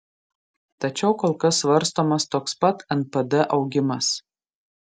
tačiau kol kas svarstomas toks pat npd augimas